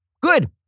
Good